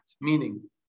meaning